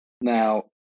now